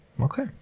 Okay